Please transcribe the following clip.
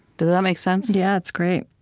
does that make sense? yeah, it's great.